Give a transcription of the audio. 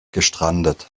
gestrandet